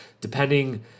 depending